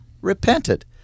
repented